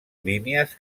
línies